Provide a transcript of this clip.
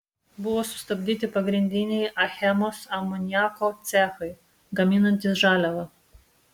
buvo sustabdyti pagrindiniai achemos amoniako cechai gaminantys žaliavą